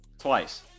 twice